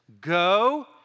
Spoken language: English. Go